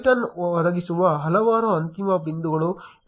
Twython ಒದಗಿಸುವ ಹಲವಾರು ಅಂತಿಮ ಬಿಂದುಗಳು ಟ್ವಿಟರ್ API ಗೆ ಹೋಲುತ್ತವೆ